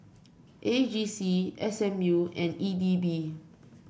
A G C S M U and E D B